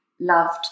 loved